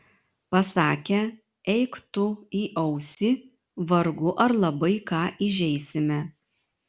pasakę eik tu į ausį vargu ar labai ką įžeisime